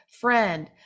friend